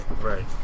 Right